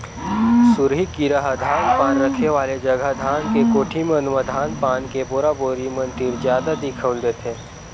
सुरही कीरा ह धान पान रखे वाले जगा धान के कोठी मन म धान पान के बोरा बोरी मन तीर जादा दिखउल देथे